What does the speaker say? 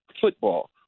football